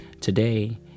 today